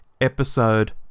episode